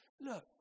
look